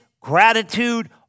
gratitude